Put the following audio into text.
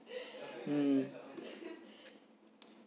mm